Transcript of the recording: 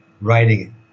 writing